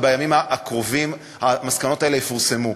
ובימים הקרובים המסקנות האלה יפורסמו.